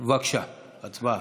בבקשה, הצבעה.